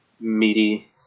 meaty